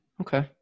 okay